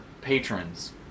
patrons